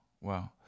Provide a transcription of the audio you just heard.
wow